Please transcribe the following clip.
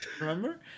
Remember